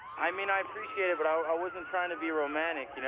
i mean, i appreciate it, but i wasn't trying to be romantic, you know?